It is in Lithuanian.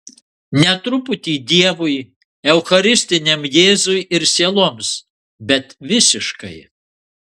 ne truputį dievui eucharistiniam jėzui ir sieloms bet visiškai